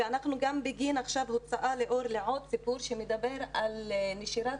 אנחנו עכשיו בהוצאה לאור של עוד סיפור שמדבר על נשירת